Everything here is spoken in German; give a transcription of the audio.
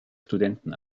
studenten